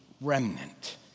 remnant